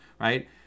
right